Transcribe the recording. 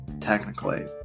Technically